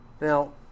Now